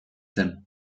zen